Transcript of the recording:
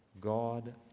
God